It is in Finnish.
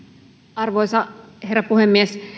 arvoisa herra puhemies